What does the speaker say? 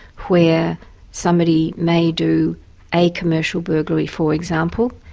where somebody may do a commercial burglary for example,